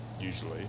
usually